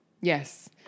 Yes